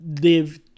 live